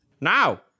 Now